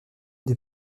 des